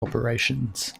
operations